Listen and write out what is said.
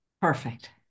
perfect